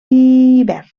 hivern